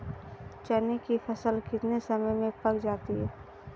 चने की फसल कितने समय में पक जाती है?